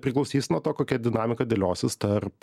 priklausys nuo to kokia dinamika dėliosis tarp